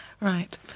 Right